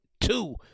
two